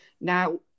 Now